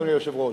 אדוני היושב-ראש,